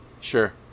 Sure